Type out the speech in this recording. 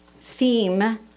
theme